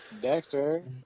Dexter